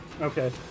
Okay